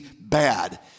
bad